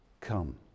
Come